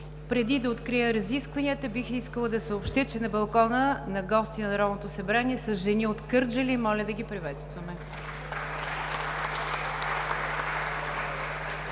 Преди да открия разискванията бих искала да съобщя, че на балкона на гости на Народното събрание са жени от Кърджали. Моля да ги приветстваме!